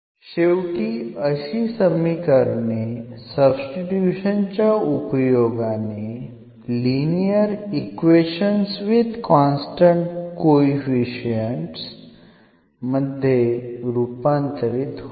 शेवटी अशी समीकरणे सब्स्टिट्यूशन च्या उपयोगाने linear equations with constant coefficient मध्ये रूपांतरित होतात